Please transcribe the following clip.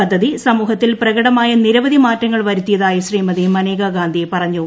പദ്ധതി സ്മൂഹത്തിൽ പ്രകടമായ നിരവധി മാറ്റങ്ങൾ വരുത്തിയതായി ശ്രീമതി ഗാന്ധി പറഞ്ഞു